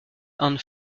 and